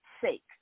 sake